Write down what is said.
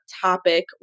topic